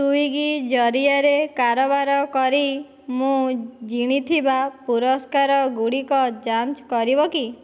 Swiggy ଜରିଆରେ କାରବାର କରି ମୁଁ ଜିଣିଥିବା ପୁରସ୍କାରଗୁଡ଼ିକ ଯାଞ୍ଚ କରିବ କି